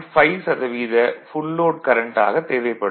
5 சதவீத full load current ஆகத் தேவைப்படும்